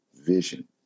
vision